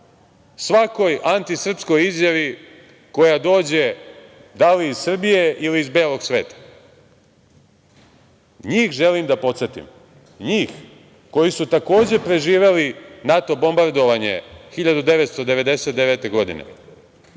svakoj antisrpskoj izjavi koja dođe da li iz Srbije ili iz belog sveta. Njih želim da podsetim, njih koji su takođe preživeli NATO bombardovanje 1999. godine,